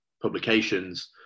publications